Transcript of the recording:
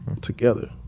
together